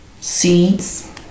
Seeds